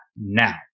now